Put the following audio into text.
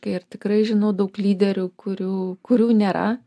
kai ir tikrai žinau daug lyderių kurių kurių nėra